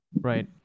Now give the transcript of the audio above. right